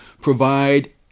provide